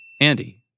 Andy